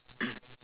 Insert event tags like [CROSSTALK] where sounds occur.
[COUGHS]